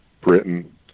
Britain